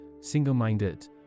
single-minded